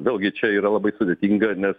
vėlgi čia yra labai sudėtinga nes